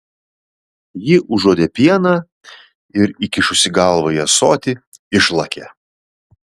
ji užuodė pieną ir įkišusi galvą į ąsotį išlakė